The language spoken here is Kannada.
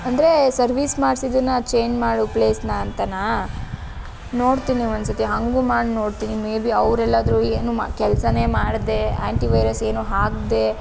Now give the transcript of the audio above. ಅಂದರೆ ಸರ್ವೀಸ್ ಮಾಡ್ಸಿದ್ದನ್ನ ಚೇಂಜ್ ಮಾಡೊ ಪ್ಲೇಸನ್ನ ಅಂತಾನಾ ನೋಡ್ತೀನಿ ಒಂದ್ಸತಿ ಹಾಗೂ ಮಾಡಿ ನೋಡ್ತೀನಿ ಮೇ ಬಿ ಅವರೆಲ್ಲಾದ್ರು ಏನೂ ಮಾ ಕೆಲಸಾನೆ ಮಾಡದೇ ಆ್ಯಂಟಿವೈರಸ್ ಏನೂ ಹಾಕದೆ